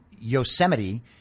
Yosemite